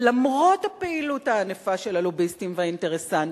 למרות הפעילות הענפה של הלוביסטים והאינטרסנטים,